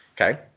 Okay